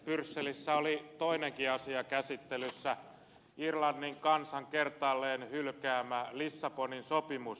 pyrsselissä oli toinenkin asia käsittelyssä irlannin kansan kertaalleen hylkäämä lissabonin sopimus